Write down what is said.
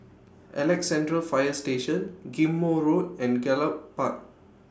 Alexandra Fire Station Ghim Moh Road and Gallop Park